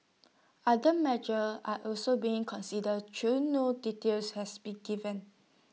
other measures are also being considered though no details has been given